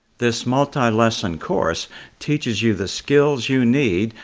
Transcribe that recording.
this multi lesson course teaches you the skills you need,